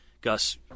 Gus